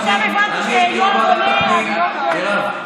מירב,